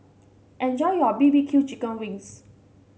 enjoy your B B Q Chicken Wings